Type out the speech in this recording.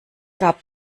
gab